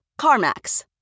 CarMax